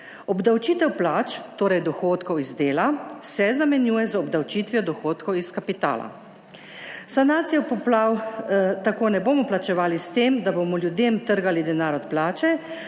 Obdavčitev plač, torej dohodkov iz dela, se zamenjuje z obdavčitvijo dohodkov iz kapitala. Sanacijo poplav tako ne bomo plačevali s tem, da bomo ljudem trgali denar od plače,